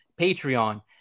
Patreon